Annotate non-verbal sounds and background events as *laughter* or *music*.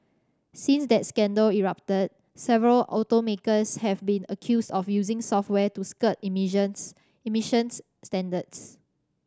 since that scandal erupted several automakers have been accused of using software to skirt *unintelligible* emissions standards